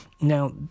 Now